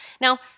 Now